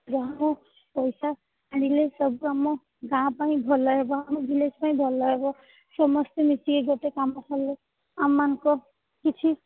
ଯାହାଠୁ ପଇସା ଆଣିଲେ ସବୁ ଆମ ଗାଁ ପାଇଁ ଭଲ ହେବ ଆମ ଭିଲେଜ୍ ପାଇଁ ଭଲ ହେବ ସମସ୍ତେ ମିଶି ଗୋଟେ କାମ କଲେ ଆମମାନଙ୍କ କିଛି